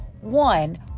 one